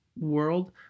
world